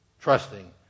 trusting